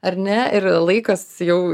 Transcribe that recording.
ar ne ir laikas jau